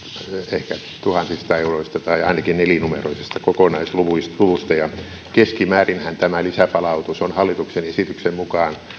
ehkä tuhansista euroista tai ainakin nelinumeroisesta kokonaisluvusta keskimäärinhän tämä lisäpalautus on hallituksen esityksen mukaan